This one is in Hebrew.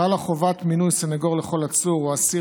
חלה חובת מינוי סנגור לכל עצור או אסיר